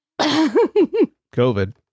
covid